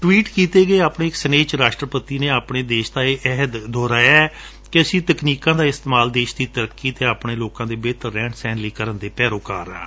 tweet ਕੀਤੇ ਗਏ ਆਪਣੇ ਇਕ ਸੁਨੇਹੇ ਵਿਚ ਰਾਸ਼ਟਰਪਤੀ ਨੇ ਆਪਣੇ ਦੇਸ਼ ਦਾ ਇਹ ਅਹਿਦ ਦੁਹਰਾਇਐ ਕਿ ਅਸੀਂ ਤਕਨੀਕਾਂ ਦਾ ਇਸਤੇਮਾਲ ਦੇਸ਼ ਦੀ ਤਰੱਕੀ ਅਤੇ ਆਪਣੇ ਲੋਕਾਂ ਦੇ ਬੇਹਤਰ ਰਹਿਣ ਸਹਿਣ ਲਈ ਕਰਨ ਦੇ ਪੈਰੋਕਾਰ ਹਾਂ